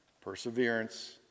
perseverance